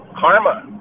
karma